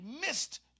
missed